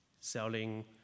selling